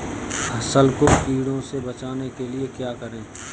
फसल को कीड़ों से बचाने के लिए क्या करें?